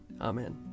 Amen